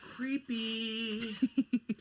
creepy